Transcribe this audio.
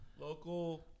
Local